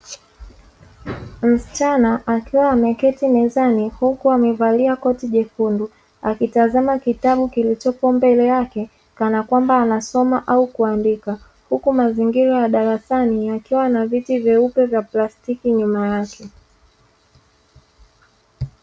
Msichana akiwa ameketi mezani huku amevalia koti jekundu, akitazama kitabu kilichopo mbele yake kana kwamba anasoma au kuandika, huku mazingira ya darasani yakiwa na viti vyeupe vya plastiki nyuma yake.